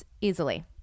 Easily